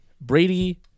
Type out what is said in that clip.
Brady